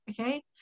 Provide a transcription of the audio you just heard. okay